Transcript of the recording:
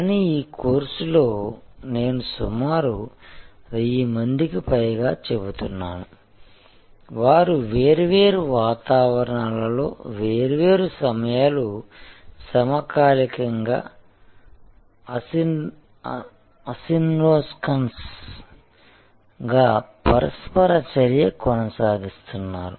కానీ ఈ కోర్సులో నేను సుమారు 1000 మందికి పైగా చెబుతున్నాను వారు వేర్వేరు వాతావరణాలలో వేర్వేరు సమయాలు సమకాలికంగా ఆసిన్క్రోనస్ గా పరస్పర చర్చ కొనసాగిస్తున్నారు